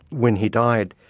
when he died,